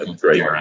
Great